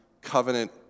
covenant